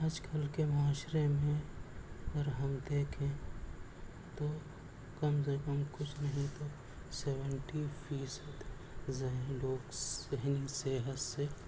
آج کل کے معاشرے میں اور ہم دیکھیں تو کم سے کم کچھ نہیں تو سیونٹی فیصد ذہنی لوگ ذہنی صحت سے